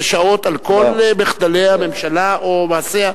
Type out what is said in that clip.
שש שעות על כל מחדלי הממשלה או מעשיה,